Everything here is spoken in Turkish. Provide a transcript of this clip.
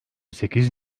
sekiz